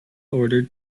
order